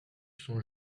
sont